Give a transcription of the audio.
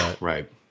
right